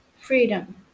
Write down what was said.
freedom